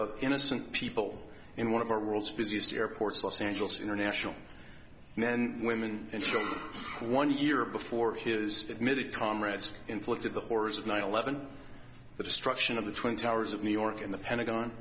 of innocent people in one of our world's busiest airports los angeles international men women and showing one year before his admitted comrades inflicted the horrors of nine eleven the destruction of the twin towers of new york in the pentagon